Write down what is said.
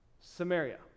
Samaria